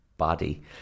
Body